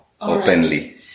openly